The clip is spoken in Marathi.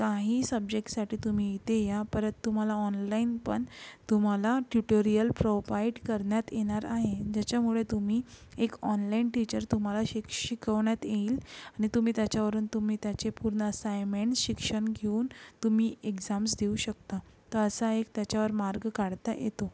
काही सब्जेकसाठी तुम्ही इथे या परत तु्म्हाला ऑनलाईन पण तुम्हाला ट्युटोरियल प्रोवाईट करण्यात येणार आहे ज्याच्यामुळे तुम्ही एक ऑनलाईन टीचर तुम्हाला शि शिकवण्यात येईल आणि तुम्ही त्याच्यावरून तुम्ही त्याचे पूर्ण असायमेंट शिक्षण घेऊन तुम्ही एक्झाम्स देऊ शकता तर असा एक त्याच्यावर मार्ग काढता येतो